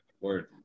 word